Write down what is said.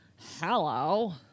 Hello